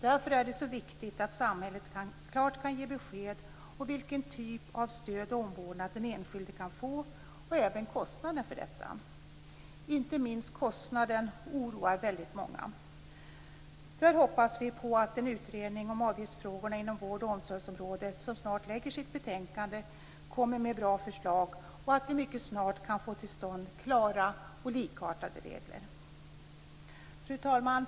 Därför är det så viktigt att samhället klart kan ge besked om vilken typ av stöd och omvårdnad den enskilde kan få och även kostnaden för detta. Inte minst kostnaden oroar väldigt många. Därför hoppas vi på att den utredning om avgiftsfrågorna inom vård och omsorgsområdet som snart lägger fram sitt betänkande kommer med bra förslag och att vi mycket snart kan få till stånd klara och likartade regler. Fru talman!